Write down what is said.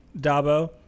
Dabo